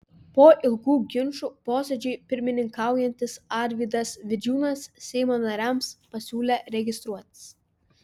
po ilgų ginčų posėdžiui pirmininkaujantis arvydas vidžiūnas seimo nariams pasiūlė registruotis